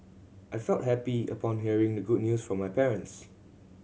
I felt happy upon hearing the good news from my parents